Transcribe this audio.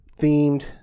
themed